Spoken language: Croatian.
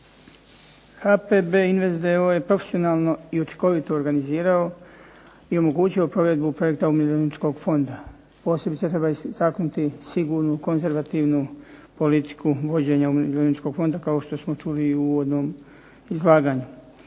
HPB invest d.o.o. je profesionalno i učinkovito organizirao i omogućio provedbu projekta umirovljeničkog fonda. Posebice treba istaknuti sigurnu, konzervativnu politiku vođenja umirovljeničkog fonda, kao što smo čuli i u uvodnom izlaganju.